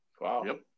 Wow